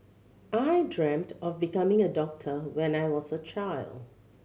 I dreamt of becoming a doctor when I was a child